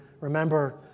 remember